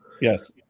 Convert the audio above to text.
yes